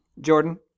Jordan